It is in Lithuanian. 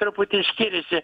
truputį skiriasi